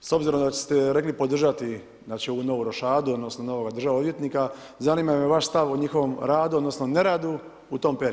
S obzirom da ste rekli podržati znači ovu novu rošadu, odnosno, novog državnog odvjetnika, zanima me vaš stav o njihovom radu, odnosno, neradu u tom periodu?